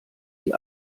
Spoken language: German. die